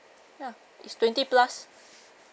ya it's twenty plus